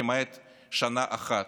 למעט שנה אחת.